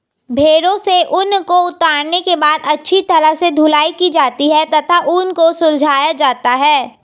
भेड़ों से ऊन को उतारने के बाद अच्छी तरह से धुलाई की जाती है तथा ऊन को सुलझाया जाता है